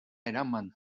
eraman